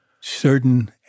certain